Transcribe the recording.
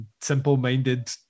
simple-minded